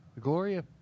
Gloria